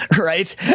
right